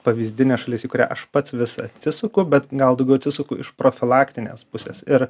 pavyzdinė šalis į kurią aš pats vis atsisuku bet gal daugiau atsisuku iš profilaktinės pusės ir